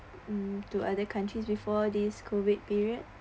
mm to other countries before this COVID period